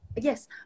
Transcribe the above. Yes